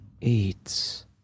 eats